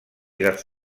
dels